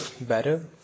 better